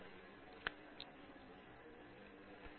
பேராசிரியர் தீபா வெங்கடேஷ் சரி